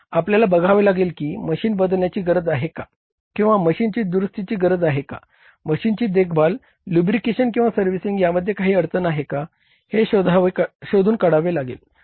आपल्याला बघावे लागेल की मशीन बदलण्याची गरज आहे का किंवा मशीन दुरुस्तीची गरज आहे का मशीनची देखभाल लुब्रिकेशन किंवा सर्व्हिसिंग यामध्ये काही अडचण आहे का हे शोधून काढावे लागेल